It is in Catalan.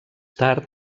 tard